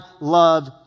love